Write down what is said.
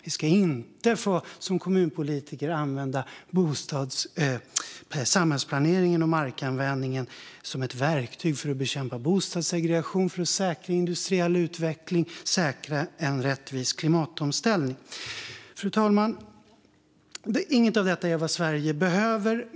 Kommunpolitiker ska inte få använda samhällsplanering och markanvändning som ett verktyg för att bekämpa bostadssegregation, säkra industriell utveckling och säkra en rättvis klimatomställning. Fru talman! Inget av detta är vad Sverige behöver.